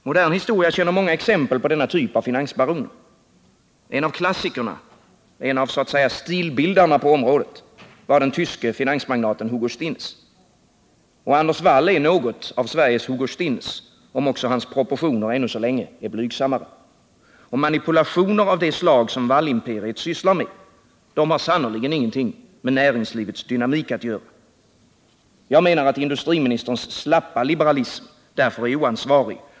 Modern historia känner många exempel på denna typ av finansbaroner. En av klassikerna, en av stilbildarna på området så att säga, var den tyske finansmagnaten Hugo Stinnes. Och Anders Wall är något av Sveriges Hugo Stinnes, om också hans proportioner ännu så länge är blygsammare. Manipulationer av det slag som Wallimperiet sysslar med har sannerligen ingenting med näringslivets dynamik att göra. Jag menar att industriministerns slappa liberalism därför är oansvarig.